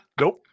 Nope